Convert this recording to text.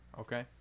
Okay